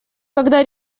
когда